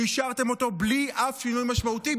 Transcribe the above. והשארתם אותו בלי אף שינוי משמעותי.